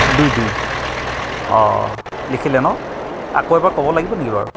দুই দুই অঁ লিখিলে ন আকৌ এবাৰ ক'ব লাগিব নি বাৰু